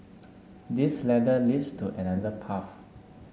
this ladder leads to another path